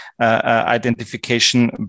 identification